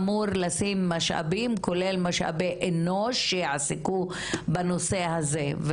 אמור לשים משאבים כולל משאבי אנוש שיעסקו בנושא הזה,